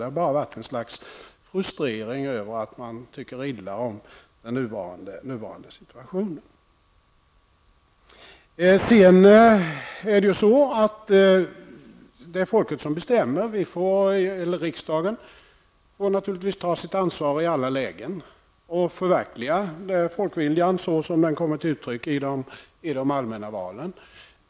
Det har bara gällt ett slags frustrering och att man tycker illa om den nuvarande situationen. Det är folket som bestämmer. Riksdagen får naturligtvis ta sitt ansvar i alla lägen och förverkliga folkviljan såsom den kommer till uttryck i de allmänna valen.